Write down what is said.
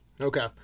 Okay